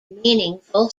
meaningful